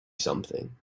something